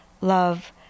love